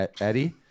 Eddie